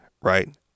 right